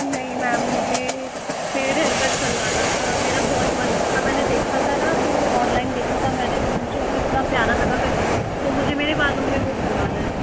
नहीं मैम मुझे fade haircut करवाना था मेरा बहुत मन था मैंने देखा था ना तो ऑनलाइन देखा था मैंने तो मुझे वह इतना प्यारा लगा कट तो मुझे मेरे बालो में वह करवाना है